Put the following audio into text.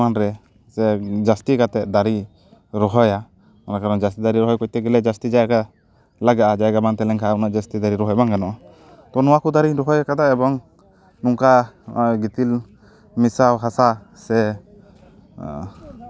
ᱯᱚᱨᱤᱢᱟᱱ ᱨᱮ ᱥᱮ ᱡᱟᱹᱥᱛᱤ ᱠᱟᱛᱮᱜ ᱫᱟᱨᱮᱧ ᱨᱚᱦᱚᱭᱟ ᱚᱱᱟ ᱡᱟᱹᱥᱛᱤ ᱫᱟᱨᱮ ᱨᱚᱦᱚᱭ ᱠᱚᱨᱛᱮ ᱜᱮᱞᱮ ᱡᱟᱹᱥᱛᱤ ᱡᱟᱭᱜᱟ ᱞᱟᱜᱟᱜᱼᱟ ᱡᱟᱭᱜᱟ ᱵᱟᱝ ᱛᱟᱦᱮᱸ ᱞᱮᱱᱠᱷᱟᱱ ᱩᱱᱟᱹᱜ ᱡᱟᱹᱥᱛᱤ ᱫᱟᱨᱮ ᱨᱚᱦᱚᱭ ᱵᱟᱝ ᱜᱟᱱᱚᱜᱼᱟ ᱛᱚ ᱱᱚᱣᱟ ᱠᱚ ᱫᱟᱨᱮᱧ ᱨᱚᱦᱚᱭ ᱠᱟᱫᱟ ᱮᱵᱚᱝ ᱱᱚᱝᱠᱟ ᱜᱤᱛᱤᱞ ᱢᱮᱥᱟ ᱦᱟᱥᱟ ᱥᱮ